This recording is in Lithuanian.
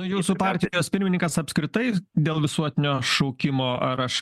jūsų partijos pirmininkas apskritai dėl visuotinio šaukimo ar aš